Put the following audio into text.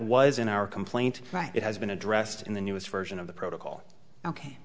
was in our complaint right it has been addressed in the newest version of the protocol ok